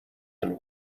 than